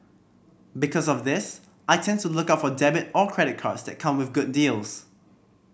because of this I tend to look out for debit or credit cards that come with good deals